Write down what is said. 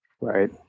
Right